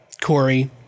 Corey